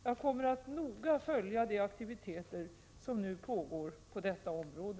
Jag kommer att noga följa de aktiviteter som nu pågår på detta område.